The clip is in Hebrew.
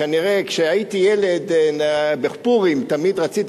כנראה כשהייתי ילד בפורים תמיד רציתי